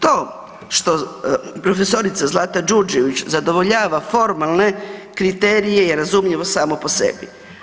To što prof. Zlata Đurđević zadovoljava formalne kriterije je razumljivo samo po sebi.